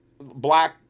black